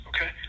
Okay